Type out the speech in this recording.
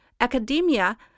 academia